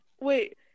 Wait